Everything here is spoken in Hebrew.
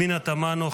פנינה תמנו,